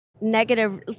negative